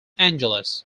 angeles